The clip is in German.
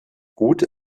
gut